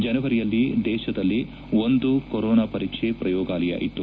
ಜನವರಿಯಲ್ಲಿ ದೇಶದಲ್ಲಿ ಒಂದು ಕೊರೊನಾ ಪರೀಕ್ಷೆ ಪ್ರಯೋಗಾಲಯ ಇತ್ತು